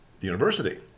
university